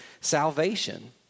salvation